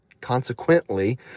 Consequently